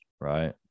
Right